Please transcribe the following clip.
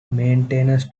maintains